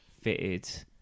fitted